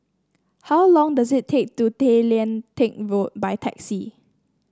how long does it take to Tay Lian Teck Road by taxi